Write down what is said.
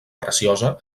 preciosa